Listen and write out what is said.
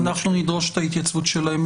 כן, אנחנו נדרוש את ההתייצבות שלהם.